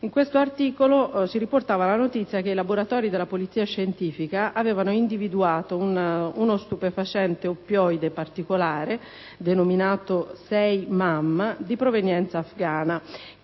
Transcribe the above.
In questo articolo si riportava la notizia che i laboratori della Polizia scientifica avevano individuato uno stupefacente oppioide particolare, denominato «6-Mam», di provenienza afgana,